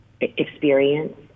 experience